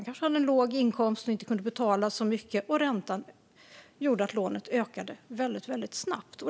Kanske hade man låg inkomst och kunde inte betala så mycket, och räntan gjorde då att skulden ökade väldigt snabbt.